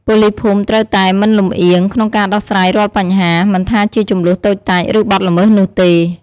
ប៉ូលីសភូមិត្រូវតែ មិនលម្អៀង ក្នុងការដោះស្រាយរាល់បញ្ហា មិនថាជាជម្លោះតូចតាច ឬបទល្មើសនោះទេ។